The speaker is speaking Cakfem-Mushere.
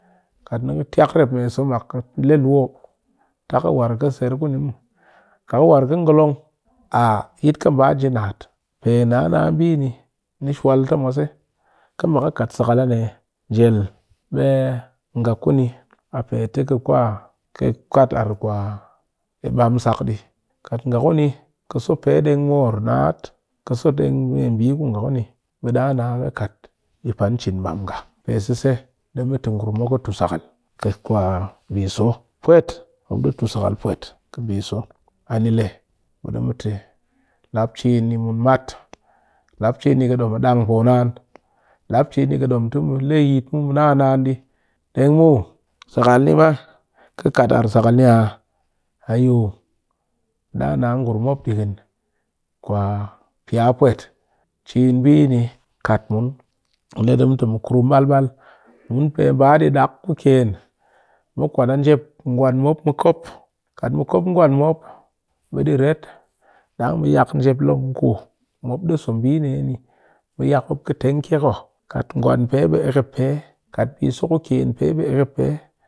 Kat ni ka kiya rep me mbiso mak ka le luu o tak ka war ser kuni mu kat ka war ka ngolon a yet ka ba nji naat pe na naa mbi pe ba shuwal ta ka ba kat sakal niya ni njel be nga ku ni a pe te kwa kat ar bam sak di kat nga kuni ka so pe deng moor naat ka so deng me bi ku nga kuni bi da na be di pan chin bam nga pe sese du mu te ngurum mop po tu sakal pwet ka mbiso ani le be du mu te lap chin mun maat lap chin ni kɨdom dang poo naan lap chin ni kɨdom mu le yit mu mu naa naan di chin bi ni kat mun pe ba dak ku ken mu kwat njep gwan mu kop kat mu kop ngwan mop dang mu yak njep long ni kek.